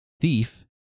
Thief